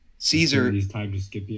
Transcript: Caesar